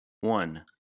one